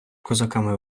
козаками